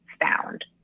found